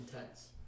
intense